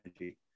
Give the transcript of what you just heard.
energy